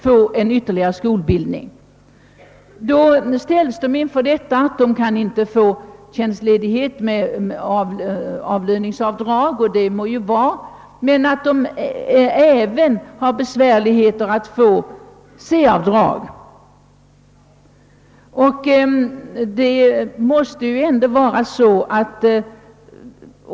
Många får ej tjänstledighet med bibehållande av en del av lönen. Det må vara hänt, men de har även svårt att få tjänstledighet med C-avdrag.